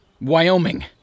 Wyoming